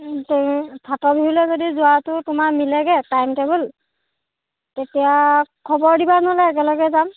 ফাটৰ বিহুলৈ যদি যোৱাটো তোমাৰ মিলেগৈ টাইম টেবুল তেতিয়া খবৰ দিবা নহ'লে একেলগে যাম